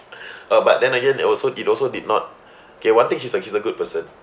but then again he also did also did not okay one thing he's a he's a good person